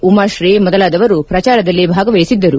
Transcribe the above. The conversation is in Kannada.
ಉಮಾತ್ರೀ ಮೊದಲಾದವರು ಪ್ರಚಾರದಲ್ಲಿ ಭಾಗವಹಿಸಿದ್ದರು